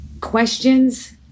questions